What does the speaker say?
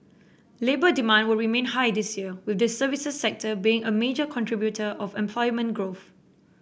labour demand will remain high this year with the services sector being a major contributor of employment growth